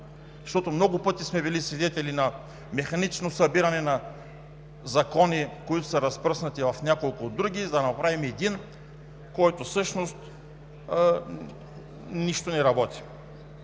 Много пъти сме били свидетели на механично събиране на закони, които са разпръснати в няколко други, за да направим един, който всъщност не работи.